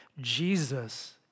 Jesus